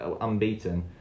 unbeaten